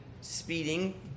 speeding